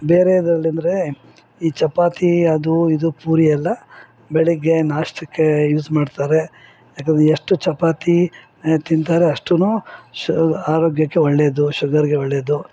ಬೇರೆದ್ರಲ್ಲಂದರೆ ಈ ಚಪಾತಿ ಅದು ಇದು ಪೂರಿ ಎಲ್ಲ ಬೆಳಗ್ಗೆ ನಾಷ್ಟಕ್ಕೆ ಯೂಸ್ ಮಾಡ್ತಾರೆ ಯಾಕಂದರೆ ಎಷ್ಟು ಚಪಾತಿ ತಿಂತಾರೆ ಅಷ್ಟೂ ಶ ಆರೋಗ್ಯಕ್ಕೆ ಒಳ್ಳೇದು ಶುಗರ್ಗೆ ಒಳ್ಳೇದು